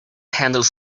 handles